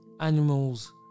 animals